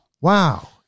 wow